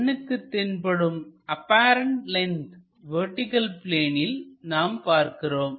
கண்ணுக்குத் தென்படும் apparent length vertical பிளேனில் நாம் பார்க்கிறோம்